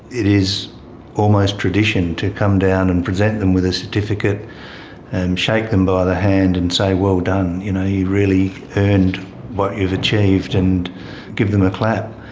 it is almost tradition to come down and present them with a certificate and shake them by the hand and say well done, you know you've really earned what you've achieved, and give them a clap.